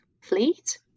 fleet